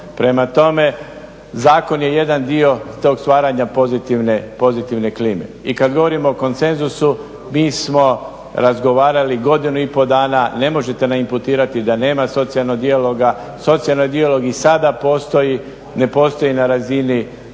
Prema tome zakon je jedan dio tog stvaranja pozitivne klime i kada govorimo o konsenzusu mi smo razgovarali godinu i po' dana, ne možete me imputirati da nema socijalnog dijaloga, socijalni dijalog i sada postoji, ne postoji na razini